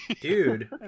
Dude